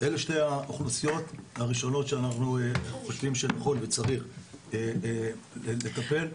אלה הן שתי האוכלוסיות הראשונות שאנחנו חושבים שניתן וצריך לטפל בהן.